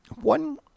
One